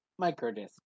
microdisc